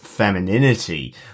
Femininity